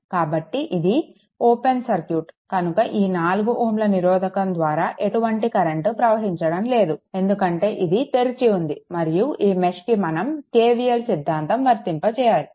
కాబట్టి ఇది open circuit కనుక ఈ 4 Ω నిరోధకం ద్వారా ఎటువంటి కరెంట్ ప్రవహించడం లేదు ఎందుకంటే ఇది తెరిచి ఉంది మరియు ఈ మెష్కి మనం KVL సిద్దాంతం వర్తింపచేయాలి